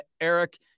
Eric